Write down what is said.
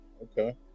okay